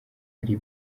ari